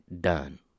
done